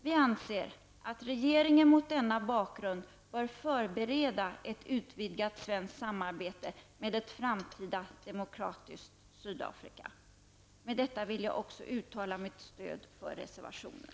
Vi anser att regeringen mot denna bakgrund bör förbereda ett utvidgat svenskt samarbete med ett framtida demokratiskt Sydafrika. Med detta uttalar jag mitt stöd för reservationen.